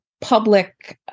public